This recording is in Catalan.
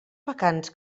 vacants